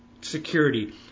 Security